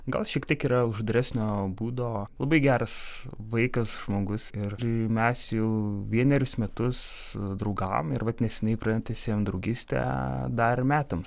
gal šiek tiek yra uždaresnio būdo labai geras vaikas žmogus ir mes jau vienerius metus draugavom ir vat neseniai pratęsėm draugystę dar metams